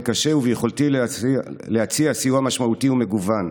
קשה וביכולתי להציע סיוע משמעותי ומגוון.